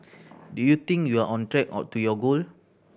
do you think you're on track or to your goal